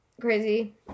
crazy